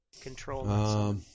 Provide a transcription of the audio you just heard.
Control